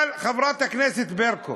אבל חברת הכנסת ברקו,